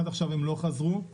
עד עכשיו הם לא חזרו אלינו.